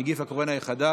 נגיף הקורונה החדש),